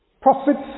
Prophets